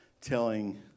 telling